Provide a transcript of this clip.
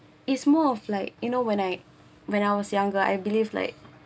it's more of like you know when I when I was younger I believe like